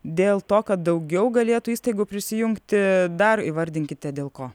dėl to kad daugiau galėtų įstaigų prisijungti dar įvardinkite dėl ko